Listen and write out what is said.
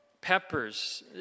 peppers